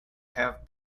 have